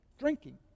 drinking